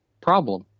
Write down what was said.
problem